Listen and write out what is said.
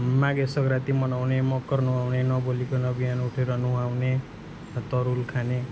मागे सङ्क्रान्ति मनाउने मकर नुहाउने नबोलिकन बिहान उठेर नुहाउने तरुल खाने